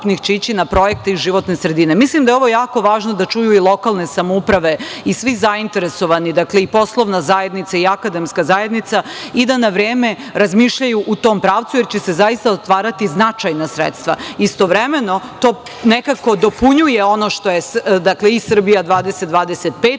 Mislim da je ovo jako važno da čuju i lokalne samouprave i svi zainteresovani, dakle, i poslovna zajednica i akademska zajednica, i da na vreme razmišljaju u tom pravcu, jer će se zaista otvarati značajna sredstva. Istovremeno, to nekako dopunjuje ono što je i „Srbija 2025“,